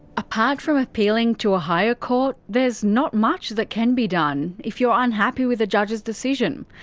apart from appealing to a higher court, there's not much that can be done if you're unhappy with a judge's decision.